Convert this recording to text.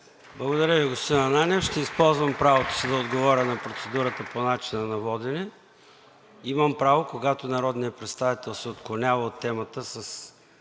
Благодаря Ви, господин Ананиев. Ще използвам правото си да отговоря на процедурата по начина на водене. Имам право, когато народният представител се отклонява от темата с